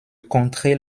contrer